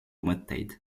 mõtteid